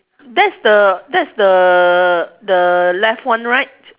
that's the that's the the left one right